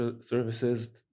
services